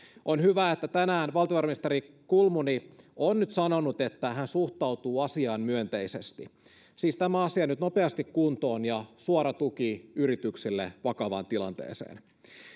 on hyvä että tänään valtiovarainministeri kulmuni on nyt sanonut että hän suhtautuu asiaan myönteisesti siis tämä asia nyt nopeasti kuntoon ja suora tuki yrityksille vakavaan tilanteeseen